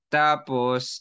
tapos